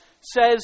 says